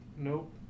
Nope